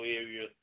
area